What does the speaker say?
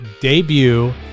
debut